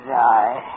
die